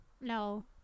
no